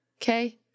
Okay